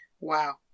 Wow